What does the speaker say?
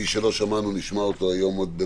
מי שלא נשמע היום.